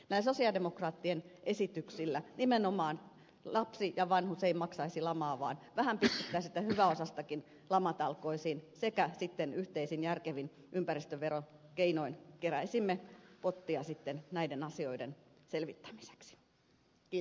näillä sosialidemokraattien esityksillä nimenomaan lapsi ja vanhus eivät maksaisi lamaa vaan vähän pistettäisiin sitä hyväosaistakin lamatalkoisiin ja sitten yhteisin järkevin ympäristöverokeinoin keräisimme pottia näiden asioiden selvittämiseksi